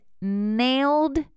nailed